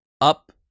up